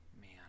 man